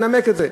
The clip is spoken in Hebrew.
אני אנמק את זה.